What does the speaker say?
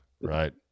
Right